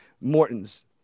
Morton's